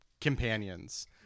companions